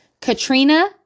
Katrina